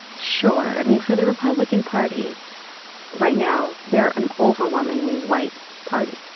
sure. i mean, for the republican party right now, they're an overwhelmingly white party.